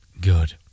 Good